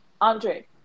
Andre